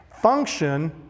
Function